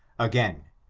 again,